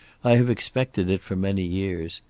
i have expected it for many years.